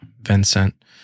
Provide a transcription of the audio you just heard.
Vincent